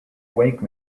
wake